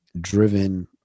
driven